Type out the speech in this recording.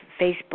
Facebook